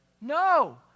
No